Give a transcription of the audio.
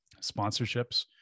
sponsorships